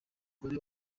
uyu